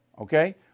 okay